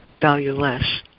valueless